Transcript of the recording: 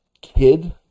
kid